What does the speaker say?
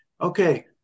okay